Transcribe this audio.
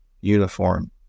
uniform